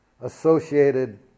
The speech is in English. associated